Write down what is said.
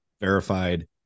verified